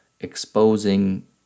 exposing